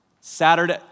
Saturday